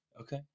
okay